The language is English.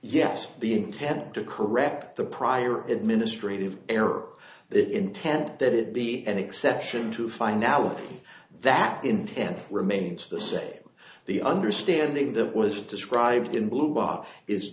yes the intent to correct the prior administrative error or the intent that it be an exception to finality that intent remains the say the understanding that was described in blue bob is